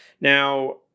Now